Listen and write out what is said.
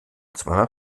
zweimal